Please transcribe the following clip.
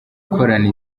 gukorana